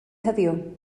heddiw